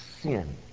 sin